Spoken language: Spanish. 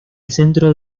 centro